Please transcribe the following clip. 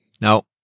Now